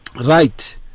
right